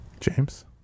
James